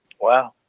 Wow